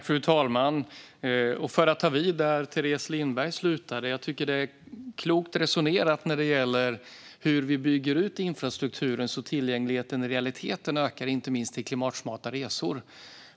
Fru talman! Jag tar vid där Teres Lindberg slutade. Det är klokt resonerat i fråga om hur vi bygger ut infrastrukturen så att tillgängligheten i realiteten ökar, inte minst i klimatsmarta resor.